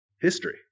history